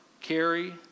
carry